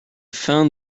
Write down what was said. fin